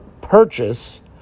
purchase